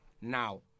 Now